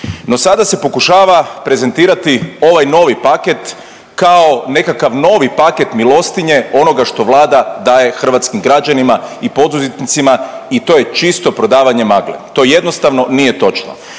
No sada se pokušava prezentirati ovaj novi paket kao nekakav novi paket milostinje onoga što Vlada daje hrvatskim građanima i poduzetnicima i to je čisto „prodavanje magle“. To jednostavno nije točno